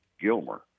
Gilmer